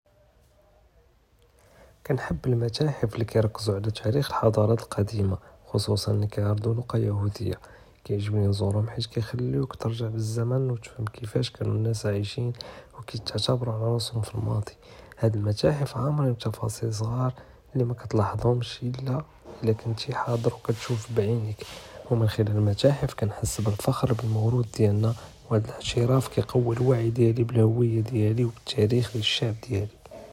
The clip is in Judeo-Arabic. קנהב אלמתאחהף אללי תאריכ אלחד'ראט אלקדימה, חוסוסן קי ערדו, קיעגבני נזורהום חית קיכלולכ תרג'ע לזמן ו תישוףהום כיפאש קאנו הנאס עיישין, ו קיעתמדו עלא רוסהום פי אלמאד, האד אלמתאחהף עאמירין בתפאסיל סגאר אללי מא תלתחזםש אלא אילא קנתי חאדר ו קנתי קתשוף בעינכ, ומן חרל אלמתאחהף קנהס ב אלפח'ר ב אלמורות דיאלנא, ו האד אלתרת קיקווי אלואעי דיאלי ב אלהויה דיאלי ובתאריכ ב אלשעב דיאלי.